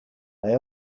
they